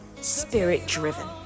Spirit-driven